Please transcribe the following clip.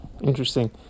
interesting